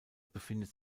befindet